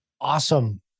Awesome